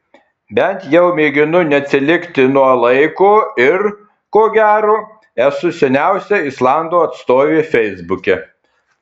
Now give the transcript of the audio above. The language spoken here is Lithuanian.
bent jau mėginu neatsilikti nuo laiko ir ko gero esu seniausia islandų atstovė feisbuke